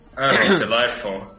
delightful